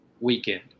Weekend